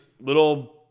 little